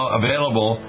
available